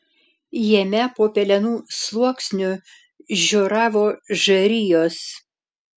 jame po pelenų sluoksniu žioravo žarijos